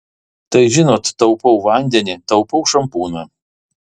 tai žinot taupau vandenį taupau šampūną